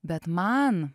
bet man